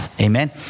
Amen